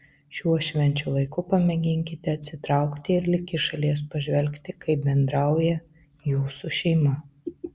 šiuo švenčių laiku pamėginkite atsitraukti ir lyg iš šalies pažvelgti kaip bendrauja jūsų šeima